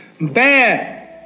Bad